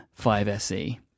5SE